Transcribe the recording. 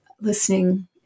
listening